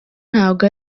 ntabwo